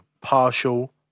partial